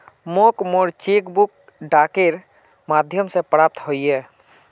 मोक मोर cheque book डाकेर माध्यम से प्राप्त होइए